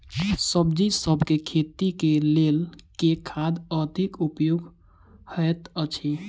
सब्जीसभ केँ खेती केँ लेल केँ खाद अधिक उपयोगी हएत अछि?